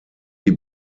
die